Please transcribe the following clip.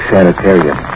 Sanitarium